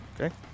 okay